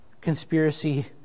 conspiracy